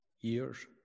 Years